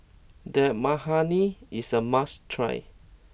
Dal Makhani is a must try